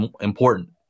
important